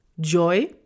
joy